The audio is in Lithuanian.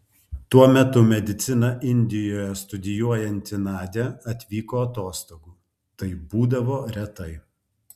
tuo metu mediciną indijoje studijuojanti nadia atvyko atostogų tai būdavo retai